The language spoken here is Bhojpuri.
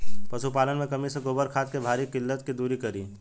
पशुपालन मे कमी से गोबर खाद के भारी किल्लत के दुरी करी?